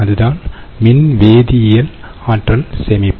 அதுதான் மின் வேதியியல் ஆற்றல்சேமிப்பு